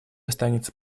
останется